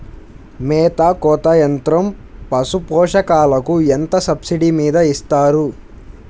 మేత కోత యంత్రం పశుపోషకాలకు ఎంత సబ్సిడీ మీద ఇస్తారు?